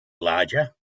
larger